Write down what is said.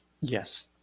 Yes